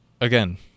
again